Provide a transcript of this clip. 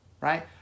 right